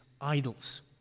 idols